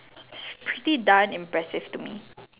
pretty darn impressive to me